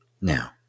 Now